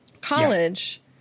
college